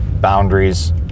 boundaries